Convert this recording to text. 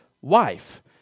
wife